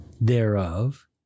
thereof